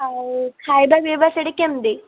ଆଉ ଖାଇବା ପିବା ସେଇଠି କେମିତି